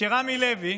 שרמי לוי